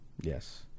Yes